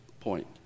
point